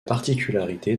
particularité